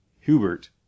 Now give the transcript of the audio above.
hubert